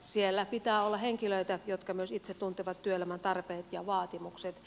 siellä pitää olla henkilöitä jotka myös itse tuntevat työelämän tarpeet ja vaatimukset